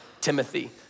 Timothy